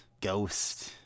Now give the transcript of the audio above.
Ghost